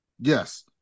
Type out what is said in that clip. Yes